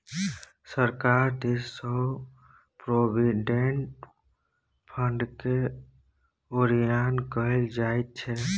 सरकार दिससँ प्रोविडेंट फंडकेँ ओरियान कएल जाइत छै